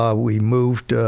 ah we moved, ah